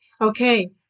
Okay